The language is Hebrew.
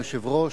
אדוני היושב-ראש,